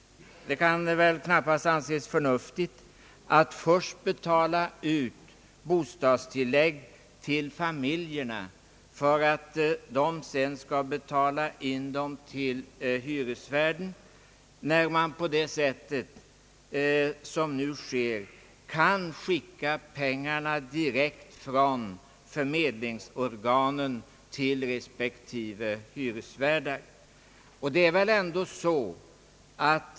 Det kan väl knappast anses förnuftigt att först utbetala bostadstilläggen till familjerna, som sedan skall betala in dem till hyresvärden, när man på det sätt som nu sker kan skicka pengarna från förmedlingsorganet direkt till respektive hyresvärd.